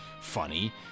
funny